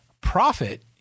profit